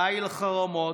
די לחרמות,